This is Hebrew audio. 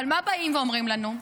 אבל מה באים ואומרים לנו?